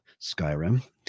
Skyrim